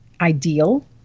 ideal